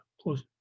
close